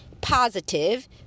positive